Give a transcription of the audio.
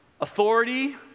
authority